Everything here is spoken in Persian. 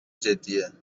جدیه